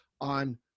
on